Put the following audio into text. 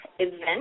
event